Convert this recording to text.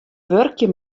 wurkje